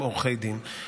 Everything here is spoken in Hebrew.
עם עורכי דין.